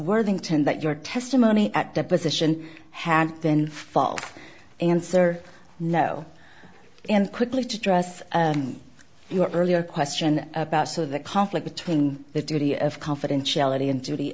worthington that your testimony at deposition had been fall answer no and quickly to address your earlier question about some of the conflict between the duty of confidentiality and duty